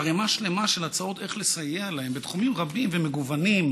ערמה שלמה של הצעות איך לסייע להם בתחומים רבים ומגוונים: